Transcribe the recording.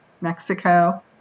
Mexico